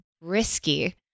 risky